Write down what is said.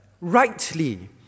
rightly